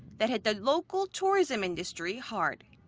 that hit the local tourism industry hard.